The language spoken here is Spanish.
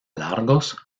largos